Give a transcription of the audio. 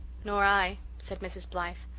nor i, said mrs. blythe.